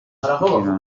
kugira